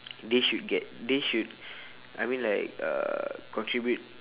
they should get they should I mean like uh contribute